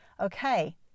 Okay